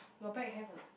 your bag have a not